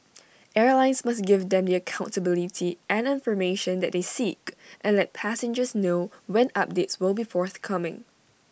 airlines must give them the accountability and information that they seek and let passengers know when updates will be forthcoming